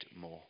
more